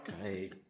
Okay